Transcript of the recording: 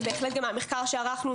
ובהחלט גם המחקר שערכנו,